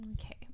Okay